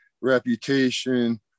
reputation